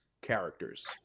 characters